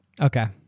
Okay